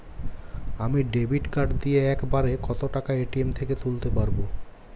আমি debit card দিয়ে এক বারে কত টাকা এ.টি.এম থেকে তুলতে পারবো?